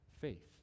faith